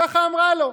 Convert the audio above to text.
ככה אמרה לו.